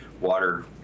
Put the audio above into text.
water